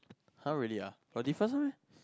[huh] really one got difference one